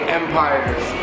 empires